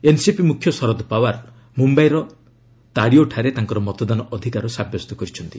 NCP ମୁଖ୍ୟ ଶରଦ୍ ପାୱାର୍ ମମ୍ୟାଇର ତାଡିଓଠାରେ ତାଙ୍କର ମତଦାନ ଅଧ୍ୟକାର ସାବ୍ୟସ୍ତ କରିଛନ୍ତି